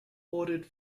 ordered